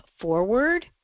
forward